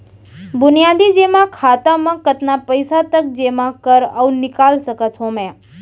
बुनियादी जेमा खाता म कतना पइसा तक जेमा कर अऊ निकाल सकत हो मैं?